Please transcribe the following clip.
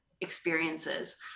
experiences